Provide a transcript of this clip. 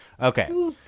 Okay